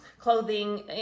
Clothing